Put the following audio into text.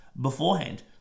beforehand